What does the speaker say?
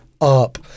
up